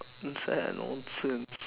that's why ah nonsense